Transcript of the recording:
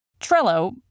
Trello